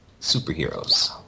superheroes